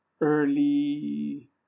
early